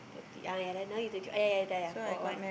ah ya lah now you twenty one ah ya ya ya for one